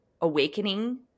awakening